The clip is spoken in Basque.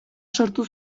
sortu